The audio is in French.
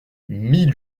mil